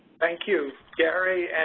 thank you, gary.